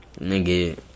nigga